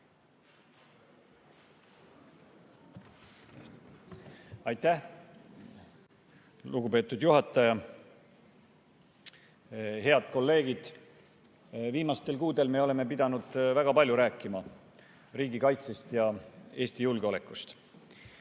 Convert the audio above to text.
Aitäh, lugupeetud juhataja! Head kolleegid! Viimastel kuudel oleme pidanud väga palju rääkima riigikaitsest ja Eesti julgeolekust.